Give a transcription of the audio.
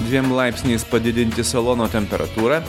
dviem laipsniais padidinti salono temperatūrą